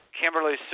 Kimberly